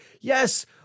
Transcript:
Yes